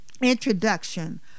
introduction